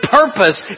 purpose